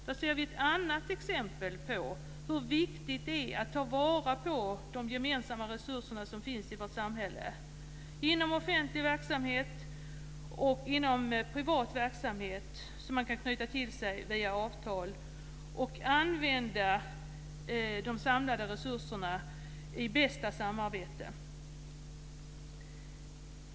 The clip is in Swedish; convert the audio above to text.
Där ser vi ett annat exempel på hur viktigt det är att ta vara på de gemensamma resurser som finns i vårt samhälle, inom offentlig verksamhet och inom privat verksamhet. Man kan via avtal knyta till sig och använda de samlade resurserna i bästa samarbete.